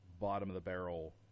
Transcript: bottom-of-the-barrel